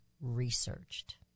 researched